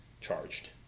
charged